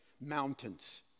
mountains